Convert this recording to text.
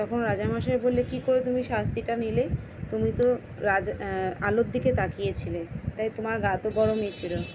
তখন রাজা মশাই বললে কী করে তুমি শাস্তিটা নিলে তুমি তো রাজ আলোর দিকে তাকিয়ে ছিলে তাই তোমার গা তো গরমই ছিলো